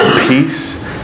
Peace